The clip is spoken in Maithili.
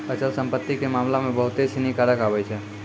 अचल संपत्ति के मामला मे बहुते सिनी कारक आबै छै